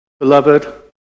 Beloved